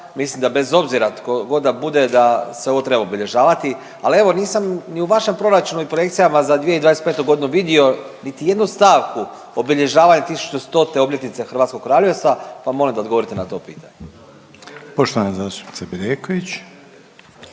mislim da bez obzira tkogod da bude da se ovo treba obilježavati. Ali evo nisam ni u vašem proračunu i projekcijama za 2025.g. vidio niti jednu stavku obilježavanja 1100. obljetnice Hrvatskog kraljevstva pa molim da odgovorite na to pitanje. **Reiner, Željko